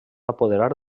apoderar